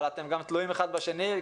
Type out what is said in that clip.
אבל אתם תלויים האחד בשני.